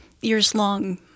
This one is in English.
years-long